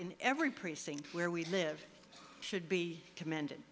in every precinct where we live should be commended